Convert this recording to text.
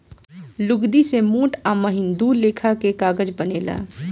लुगदी से मोट आ महीन दू लेखा के कागज बनेला